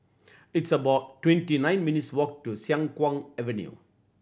it's about twenty nine minutes' walk to Siang Kuang Avenue